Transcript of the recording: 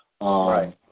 right